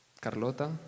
carlota